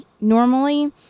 normally